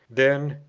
then,